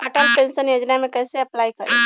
Atal pension Yojana मे कैसे apply करेम?